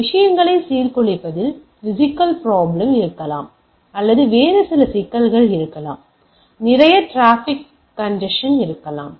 விஷயங்களை சீர்குலைப்பதில் physical problem இருக்கலாம் அல்லது வேறு சில சிக்கல்கள் இருக்கலாம் நிறைய டிராபிக் கண்சஷன் அதிகரிக்கும்